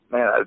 Man